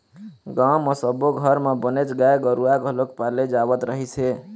गाँव म सब्बो घर म बनेच गाय गरूवा घलोक पाले जावत रहिस हे